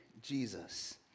Jesus